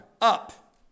up